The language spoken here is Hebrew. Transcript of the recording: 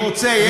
אני רוצה,